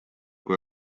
kui